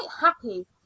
happy